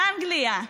אנגליה,